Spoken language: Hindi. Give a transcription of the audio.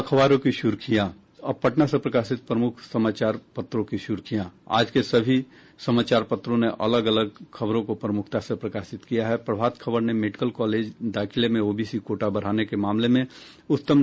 अब पटना से प्रकाशित प्रमुख समाचार पत्रों की सुर्खियां आज के सभी समाचार पत्रों ने अलग अलग खबरों को प्रमुखता से प्रकाशित किया प्रभात खबर ने मेडिकल कालेज दाखिले में ओबीसी कोटा बढाने के मामले में उच्चतम है